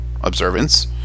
observance